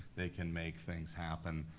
they can make things happen.